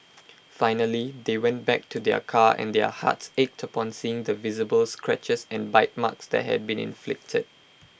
finally they went back to their car and their hearts ached upon seeing the visible scratches and bite marks that had been inflicted